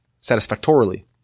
satisfactorily